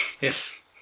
Yes